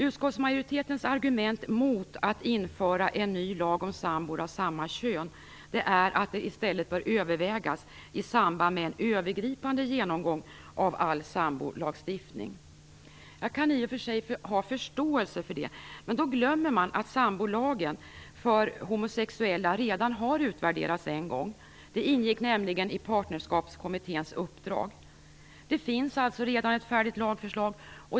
Utskottsmajoritetens argument mot att införa en ny lag om sambor av samma kön är att det i stället bör övervägas i samband med en övergripande genomgång av all sambolagstiftning. Jag kan i och för sig ha förståelse för detta, men man glömmer då att sambolagen för homosexuella redan har utvärderats en gång. Det ingick nämligen i Partnerskapskommitténs uppdrag. Det finns alltså redan ett färdigt lagförslag.